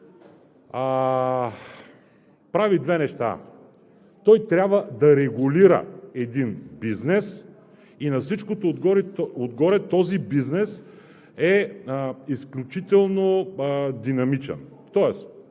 прави две неща: той трябва да регулира един бизнес и на всичкото отгоре този бизнес е изключително динамичен. Тоест